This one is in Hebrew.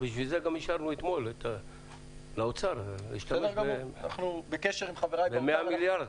לכן אישרנו אתמול לאוצר להשתמש ב-100 מיליארד.